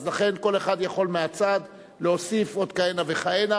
אז לכן כל אחד יכול מהצד להוסיף עוד כהנה וכהנה,